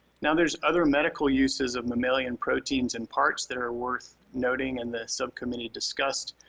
now, there's other medical uses of mammalian proteins and parts that are worth noting and the subcommittee discussed.